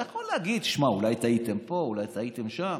אתה יכול להגיד: אולי טעיתם פה, אולי טעיתם שם,